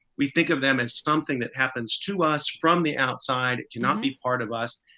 we think of them as something that happens to us from the outside. do not be part of us.